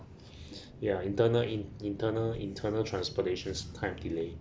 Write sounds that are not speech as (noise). (breath) ya internal in internal internal transportation time delay